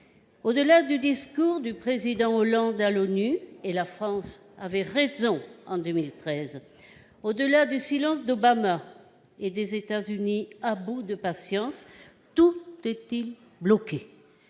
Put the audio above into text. Au-delà du discours du président Hollande à l'ONU- la France avait raison en 2013 !-, au-delà du silence d'Obama et des États-Unis « à bout de patience », tout est-il bloqué ?